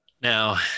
now